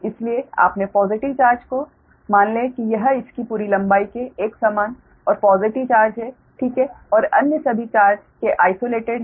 इसलिए अपने positive charge को मान लें कि यह इसकी पूरी लंबाई में एक समान और पॉज़िटिव चार्ज है ठीक है और अन्य सभी चार्ज से आइसोलेटेड है